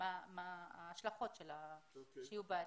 מה ההשלכות שיהיו בעתיד.